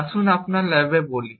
আসুন আপনার ল্যাবে বলি